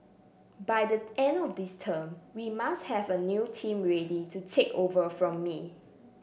by the end of this term we must have a new team ready to take over from me